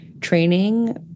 training